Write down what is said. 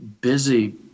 busy